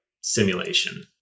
simulation